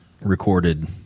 recorded